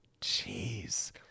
Jeez